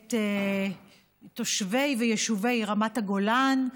את תושבי ויישובי רמת הגולן,